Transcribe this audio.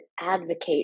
advocate